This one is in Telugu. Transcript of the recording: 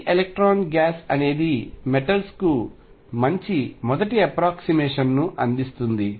ఫ్రీ ఎలక్ట్రాన్ గ్యాస్ అనేది మెటల్స్ కు మంచి మొదటి అప్రాక్సీమేషన్ ను అందిస్తుంది